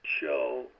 show